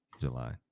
July